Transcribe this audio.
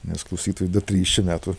nes klausytojui dar trisdešim metų